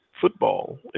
football